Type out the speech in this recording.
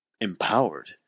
empowered